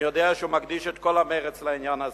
אני יודע שהוא מקדיש את כל המרץ לעניין הזה,